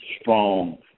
strong